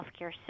healthcare